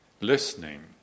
listening